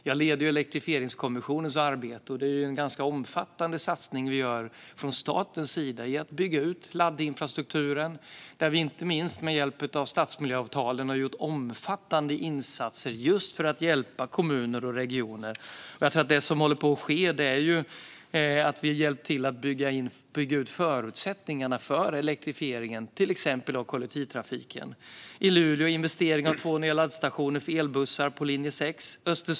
Jag leder ju Elektrifieringskommissionens arbete, och det är en ganska omfattande satsning vi gör från statens sida i att bygga ut laddinfrastrukturen där vi inte minst med hjälp av stadsmiljöavtalen har gjort omfattande insatser just för att hjälpa kommuner och regioner. Jag tror att det som håller på att ske nu är att vi hjälpt till att bygga ut förutsättningarna för elektrifiering av till exempel kollektivtrafiken. Det är investering i två nya laddstationer för elbussar på linje 6 i Luleå.